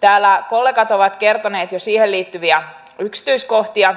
täällä kollegat ovat jo kertoneet siihen liittyviä yksityiskohtia